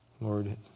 Lord